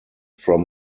from